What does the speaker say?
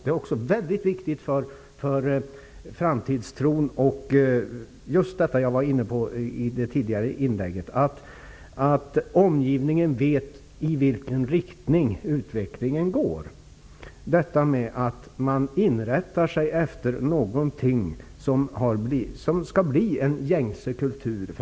Det är också väldigt viktigt för framtidstron och för att -- som jag nämnde i mitt tidigare inlägg -- omgivningen skall veta i vilken riktning utvecklingen går, eftersom man inrättar sig efter det som framöver kommer att bli en gängse kultur.